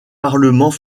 parlements